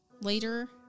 later